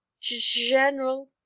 general